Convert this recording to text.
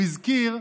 הוא הזכיר,